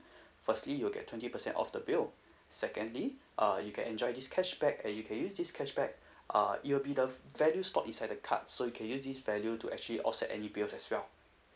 firstly you will get twenty percent off the bill secondly uh you can enjoy this cashback and you can use this cashback uh it will be value stored inside the card so you can use this value to actually offset any bills as well